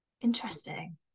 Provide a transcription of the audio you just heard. interesting